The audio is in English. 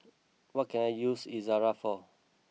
what can I use Ezerra for